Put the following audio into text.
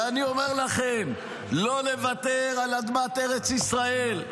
ואני אומר לכם, לא נוותר על אדמת ארץ ישראל.